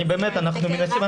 אנחנו מנסים,